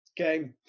okay